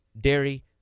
dairy